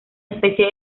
especie